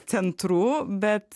centrų bet